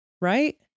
Right